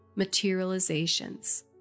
materializations